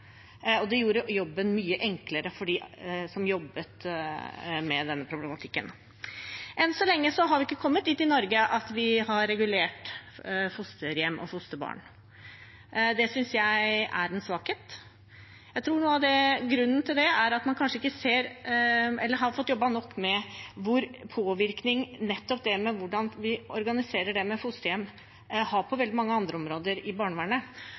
og det gjorde jobben mye enklere for dem som jobbet med denne problematikken. Enn så lenge har vi ikke kommet dit i Norge at vi har regulert fosterhjem og fosterbarn. Det synes jeg er en svakhet. Jeg tror noe av grunnen til det er at man kanskje ikke har fått jobbet nok med hvilken påvirkning måten man organiserer fosterhjem på, har på veldig mange andre områder i barnevernet.